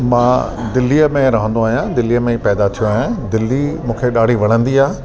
मां दिल्लीअ में रहंदो आहियां दिल्लीअ में ई पैदा थियो आहियां दिल्ली मूंखे ॾाढी वणंदी आहे